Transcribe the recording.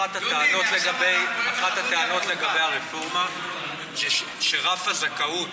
אחת הטענות לגבי הרפורמה היא שרף הזכאות